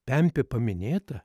pempė paminėta